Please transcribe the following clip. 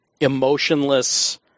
emotionless